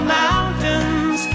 mountains